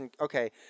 Okay